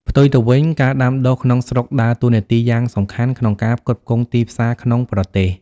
ផ្ទុយទៅវិញ ការដាំដុះក្នុងស្រុកដើរតួនាទីយ៉ាងសំខាន់ក្នុងការផ្គត់ផ្គង់ទីផ្សារក្នុងប្រទេស។